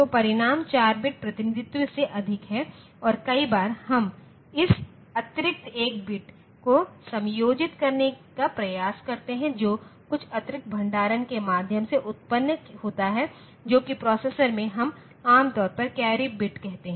तो परिणाम 4 बिट प्रतिनिधित्व से अधिक है और कई बार हम इस अतिरिक्त एक बिट को समायोजित करने का प्रयास करते हैं जो कुछ अतिरिक्त भंडारण के माध्यम से उत्पन्न होता है जो कि प्रोसेसर में हम आम तौर पर कैरी बिट कहते हैं